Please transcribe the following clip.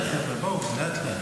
בסדר, חבר'ה, בואו, לאט-לאט.